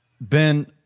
Ben